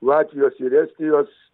latvijos ir estijos